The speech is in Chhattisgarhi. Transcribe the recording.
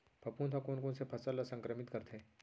फफूंद ह कोन कोन से फसल ल संक्रमित करथे?